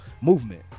movement